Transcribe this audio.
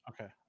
Okay